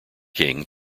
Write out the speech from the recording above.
king